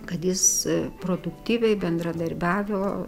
kad jis produktyviai bendradarbiavo